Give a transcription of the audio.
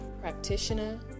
practitioner